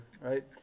right